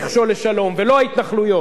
עכשיו אומר זאת גם השופט לוי,